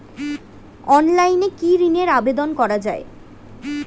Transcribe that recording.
অনলাইনে কি ঋণের আবেদন করা যায়?